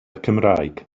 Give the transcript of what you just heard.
cymraeg